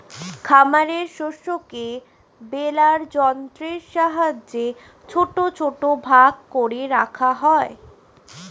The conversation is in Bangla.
খামারের শস্যকে বেলার যন্ত্রের সাহায্যে ছোট ছোট ভাগ করে রাখা হয়